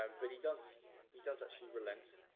um but he does he does actually relent.